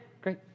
great